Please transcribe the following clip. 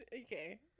Okay